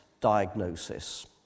diagnosis